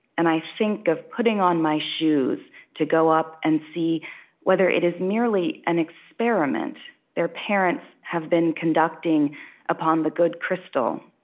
and i think of putting on my shoes to go up and see whether it is merely an experiment their parents have been conducting upon the good crystal,